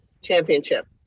championship